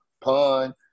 Pun